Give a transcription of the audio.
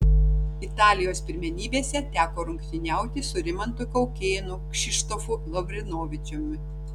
italijos pirmenybėse teko rungtyniauti su rimantu kaukėnu kšištofu lavrinovičiumi